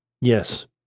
Yes